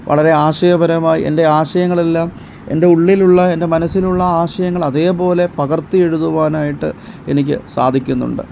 വളരെ ആശയപരമായി എൻ്റെ ആശയങ്ങളെല്ലാം എൻ്റെ ഉള്ളിലുള്ള എൻ്റെ മനസ്സിലുള്ള ആശയങ്ങൾ അതേപോലെ പകർത്തി എഴുതുവാനായിട്ട് എനിക്ക് സാധിക്കുന്നുണ്ട്